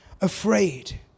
afraid